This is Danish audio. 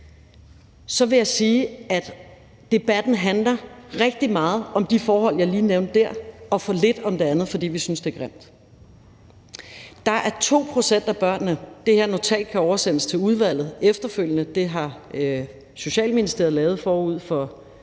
så vil jeg sige, at debatten handler rigtig meget om de forhold, jeg lige nævnte der, og for lidt om det andet, fordi vi synes, det er grimt. Det her notat kan oversendes til udvalget efterfølgende, og det har Socialministeriet lavet forud for